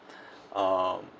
um